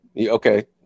Okay